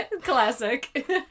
Classic